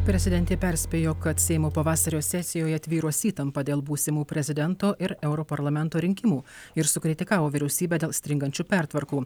prezidentė perspėjo kad seimo pavasario sesijoje tvyros įtampa dėl būsimų prezidento ir europarlamento rinkimų ir sukritikavo vyriausybę dėl stringančių pertvarkų